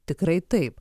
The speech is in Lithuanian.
tikrai taip